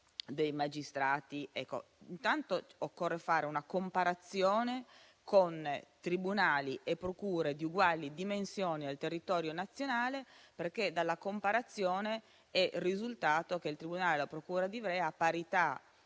dei magistrati, ma occorre fare una comparazione con tribunali e procure di uguali dimensioni nel territorio nazionale perché dalla comparazione è risultato che il tribunale e la procura di Ivrea, a parità